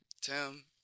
Tim